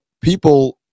people